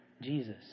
Jesus